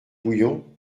bouillon